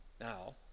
Now